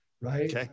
right